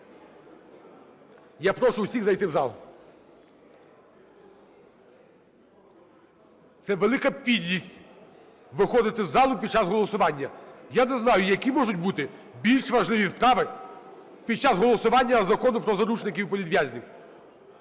Я прошу всіх зайти в зал. Це велика підлість виходити із залу під час голосування. Я не знаю, які можуть бути більш важливі справи під час голосування за Закон про заручників і політв'язнів.